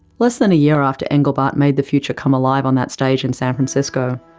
less than a year after engelbart made the future come alive on that stage in san francisco,